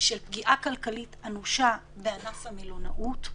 של פגיעה כלכלית אנושה בענף המלונאות,